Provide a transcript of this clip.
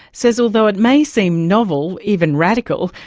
says although it may seem novel, even radical,